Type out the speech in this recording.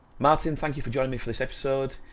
maarten, thank you for joining me for this episode,